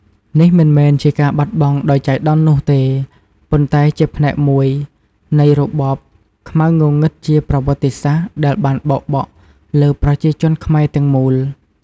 នេះមិនមែនជាការបាត់បង់ដោយចៃដន្យនោះទេ ប៉ុន្តែជាផ្នែកមួយនៃ របបខ្មៅងងឹតជាប្រវត្តិសាស្ត្រ ដែលបានបោកបក់លើប្រជាជនខ្មែរទាំងមូល។